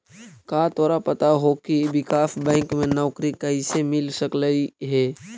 का तोरा पता हो की विकास बैंक में नौकरी कइसे मिल सकलई हे?